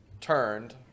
turned